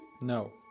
No